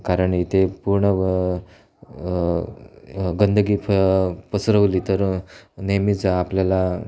कारण इथे पूर्ण व गंदगी फ पसरवली तर नेहमीच आपल्याला